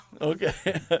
Okay